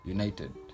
United